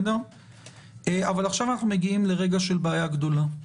אבל עכשיו אנחנו מגיעים לרגע של בעיה גדולה,